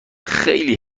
خیلی